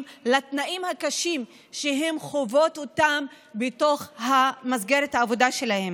לתנאים הקשים שהן חוות במסגרת העבודה שלהן.